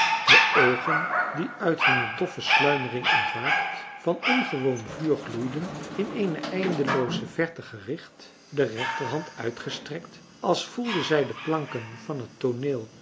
de oogen die uit hunne doffe sluimering ontwaakt van ongewoon vuur gloeiden in eene eindelooze verte gericht de rechterhand uitgestrekt als voelde zij de planken van het tooneel